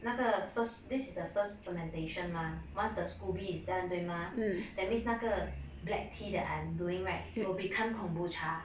那个 first this is the first fermentation mah once the scoby is done 对吗 that means 那个 black tea that I'm doing right will become kombucha